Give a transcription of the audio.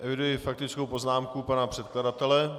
Eviduji faktickou poznámku pana předkladatele.